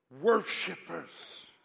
Worshippers